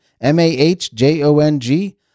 M-A-H-J-O-N-G